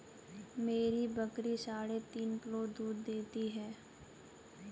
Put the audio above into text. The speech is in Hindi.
मेरी बकरी साढ़े तीन किलो दूध देती है